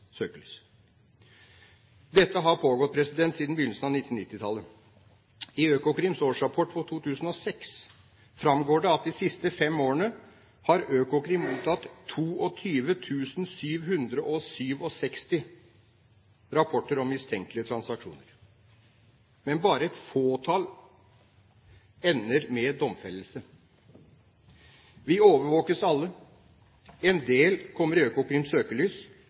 søkelys. Dette har pågått siden begynnelsen av 1990-tallet. I Økokrims årsrapport for 2006 framgår at de siste fem årene har Økokrim mottatt 22 767 rapporter om mistenkelige transaksjoner, men bare et fåtall ender med domfellelse. Vi overvåkes alle. En del kommer i Økokrims søkelys,